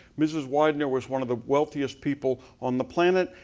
mrs. widener was one of the wealthiest people on the planet.